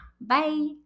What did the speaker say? Bye